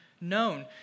known